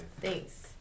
Thanks